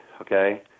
okay